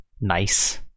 nice